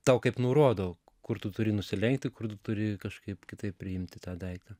tau kaip nurodo kur tu turi nusilenkti kur tu turi kažkaip kitaip priimti tą daiktą